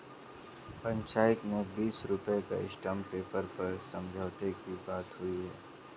पंचायत में बीस रुपए का स्टांप पेपर पर समझौते की बात हुई है